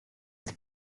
with